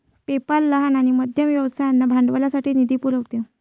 PayPal लहान आणि मध्यम व्यवसायांना भांडवलासाठी निधी पुरवते